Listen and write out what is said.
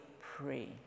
pray